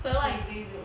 but what if need to